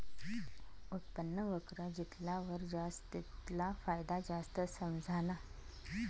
उत्पन्न वक्र जितला वर जास तितला फायदा जास्त समझाना